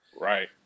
Right